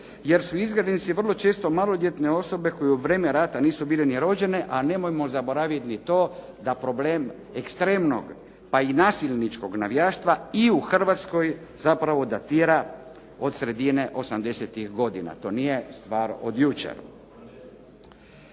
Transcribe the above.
jer su izgrednici vrlo često maloljetne osobe koji u vrijeme rata nisu bile ni rođene a nemojmo zaboraviti ni to da problem ekstremnog pa i nasilničkog navijaštva i u Hrvatskoj zapravo datira od sredine osamdesetih godina. To nije stvar od jučer.